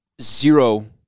zero